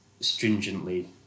stringently